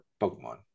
Pokemon